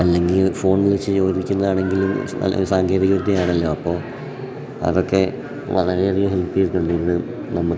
അല്ലെങ്കിൽ ഫോൺ വിളിച്ച് ചോദിക്കുന്നതാണെങ്കിലും സ്ഥല സാങ്കേതിക വിദ്യയാണല്ലോ അപ്പോൾ അതൊക്കെ വളരെ അധികം ഹെൽപ്പ് ചെയ്തിട്ടുണ്ട് ഇന്ന് നമുക്ക്